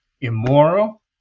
immoral